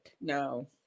No